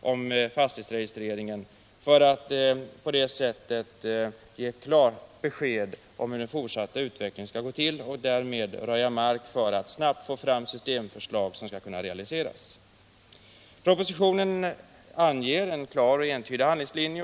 om fastighetsregistreringen för att på det sättet ge klart besked om den fortsatta utvecklingen. Därmed röjer man mark för att snabbt få fram realiserbara systemförslag. Propositionen anger en klar och entydig handlingslinje.